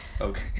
Okay